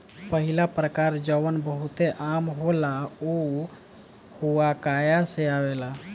पहिला प्रकार जवन बहुते आम होला उ हुआकाया से आवेला